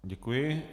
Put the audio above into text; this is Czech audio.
Děkuji.